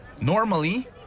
Normally